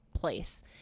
place